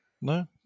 No